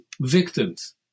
victims